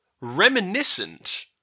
reminiscent